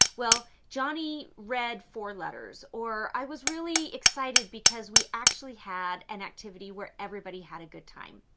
well, johnny read four letters, or i was really excited because we actually had an activity where everybody had a good time.